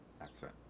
accent